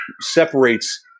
separates